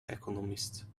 economists